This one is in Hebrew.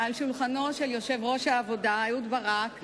על שולחנו של יושב-ראש העבודה אהוד ברק,